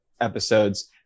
episodes